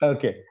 Okay